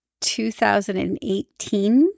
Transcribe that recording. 2018